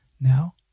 Now